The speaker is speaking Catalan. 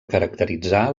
caracteritzar